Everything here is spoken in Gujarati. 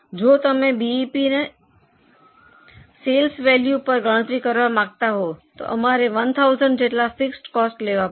જો તમે બીઈપીને સેલ્સ વેલ્યુ પર ગણતરી કરવા માંગતા હો તો અમારે 1000 જેટલા ફિક્સડ કોસ્ટ લેવા પડશે